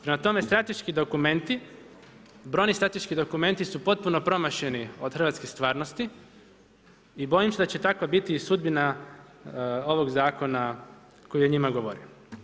Prema tome, strateški dokumenti, brojni strateški dokumenti su potpuno promašeni od hrvatske stvarnosti i bojim se da će takva biti i sudbina ovog zakona koji o njima govori.